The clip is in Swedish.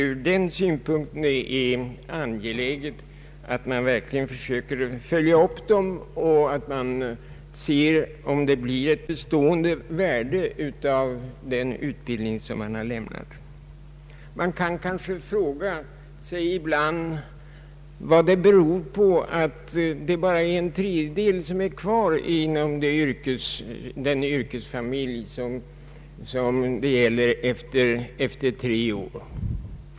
Ur den synpunkten är det angeläget att man verkligen försöker följa upp dem för att se om den utbildning som har lämnats får ett bestående värde. Man kan ibland fråga sig vad det beror på att bara en tredjedel är kvar efter tre år inom den yrkesfamilj det gäller.